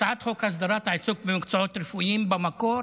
הצעת חוק הסדרת העיסוק במקצועות רפואיים במקור